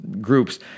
groups